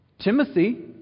Timothy